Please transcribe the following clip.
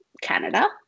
Canada